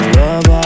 love